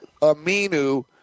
Aminu